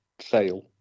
sale